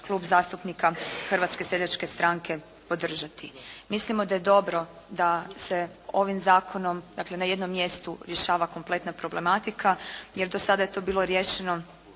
Klub zastupnika Hrvatske seljačke stranke podržati. Mislimo da je dobro da se ovim zakonom, dakle na jednom mjestu rješava kompletna problematika, jer do sada je to bilo riješeno